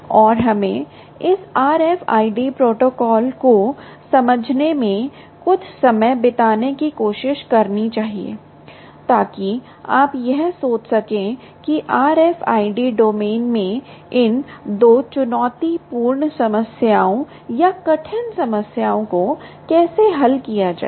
और हमें इस RFID प्रोटोकॉल को समझने में कुछ समय बिताने की कोशिश करनी चाहिए ताकि आप यह सोच सकें कि RFID डोमेन में इन 2 चुनौतीपूर्ण समस्याओं या कठिन समस्याओं को कैसे हल किया जाए